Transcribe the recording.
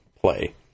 play